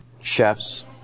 chefs